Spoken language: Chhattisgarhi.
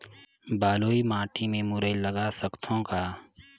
बलुही माटी मे मुरई लगा सकथव का?